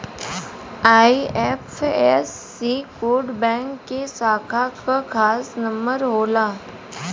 IFSC code bank के शाखा क खास नंबर होला